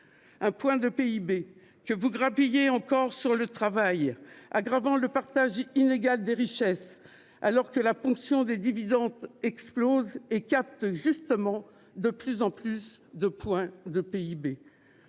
Un point de PIB, que vous grappillez encore sur le travail, aggravant l'inégalité du partage des richesses, alors que la ponction des dividendes explose et capte, justement, de plus en plus de points de PIB.